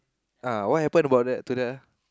uh what happen about that to that ah